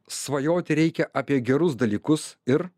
svajoti reikia apie gerus dalykus ir